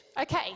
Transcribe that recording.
Okay